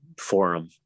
forum